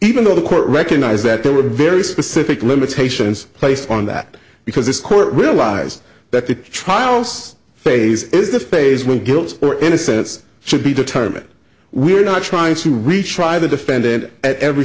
even though the court recognized that there were very specific limitations placed on that because this court realized that the trials phase the phase when guilt or innocence should be determined we're not trying to retry the defendant at every